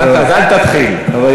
התגריתי בו.